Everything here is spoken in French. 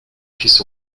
fils